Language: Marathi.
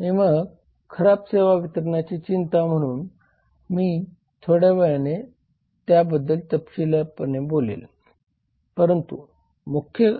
आणि मग खराब सेवा वितरणाची चिंता म्हणून मी थोड्या वेळाने याबद्दल तपशीलपणे बोलेन परंतु मुख्य